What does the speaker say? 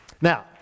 Now